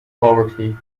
poverty